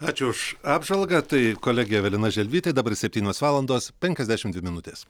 ačiū už apžvalgą tai kolegė evelina želvytė dabar septynios valandos penkiasdešim dvi minutės